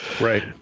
right